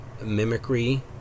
mimicry